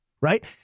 right